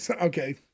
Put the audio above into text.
Okay